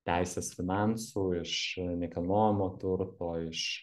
teisės finansų iš nekilnojamo turto iš